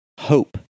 hope